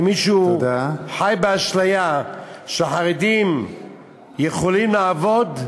אם מישהו חי באשליה שחרדים יכולים לעבוד,